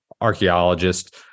archaeologist